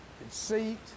conceit